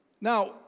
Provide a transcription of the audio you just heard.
Now